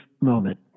moment